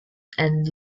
and